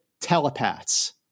telepaths